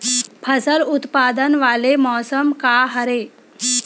फसल उत्पादन वाले मौसम का हरे?